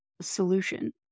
solution